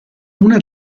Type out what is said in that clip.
una